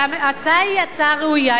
שההצעה היא הצעה ראויה,